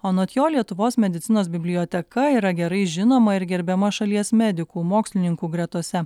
anot jo lietuvos medicinos biblioteka yra gerai žinoma ir gerbiama šalies medikų mokslininkų gretose